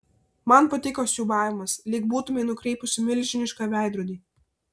man patiko siūbavimas lyg būtumei nukreipusi milžinišką veidrodį